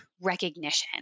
recognition